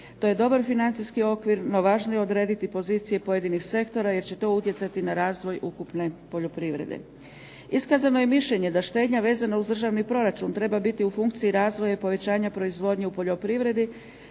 To je dobar financijski okvir no važno je odrediti pozicije pojedinih sektora jer će to utjecati na razvoj ukupne poljoprivrede. Iskazano je mišljenje da štednja vezana uz državni proračun treba biti u funkciji razvoja i povećanja proizvodnje u poljoprivredi